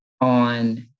on